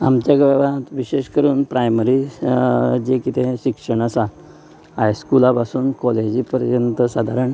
आमच्या गांवांत विशेश करून प्रायमरी जे कितें शिक्षण आसा हायस्कुलां पासून कॉलेजी पर्यंत सादारण